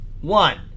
one